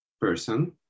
person